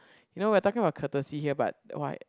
you know we're talking about courtesy here but what